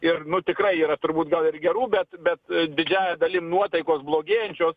ir nu tikrai yra turbūt gal ir gerų bet bet didžiąja dalim nuotaikos blogėjančios